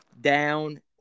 down